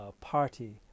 party